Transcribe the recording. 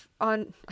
on